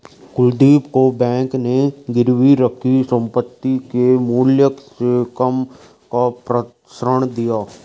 कुलदीप को बैंक ने गिरवी रखी संपत्ति के मूल्य से कम का ऋण दिया